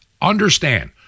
understand